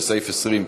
לסעיף 20,